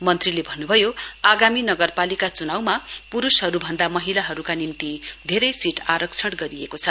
मन्त्रीले भन्नुभयो आगामी नगरपालिका चुनाउमा पुरूषहरू भन्दा महिलाहरूका निम्ति धेरै सीट आरक्षण गरिएको छ